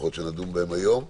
שנדון בהם היום,